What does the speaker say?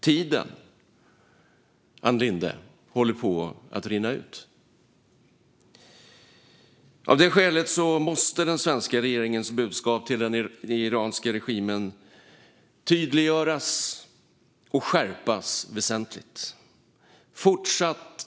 Tiden håller på att rinna ut, Ann Linde. Av det skälet måste den svenska regeringens budskap till den iranska regimen tydliggöras och skärpas väsentligt.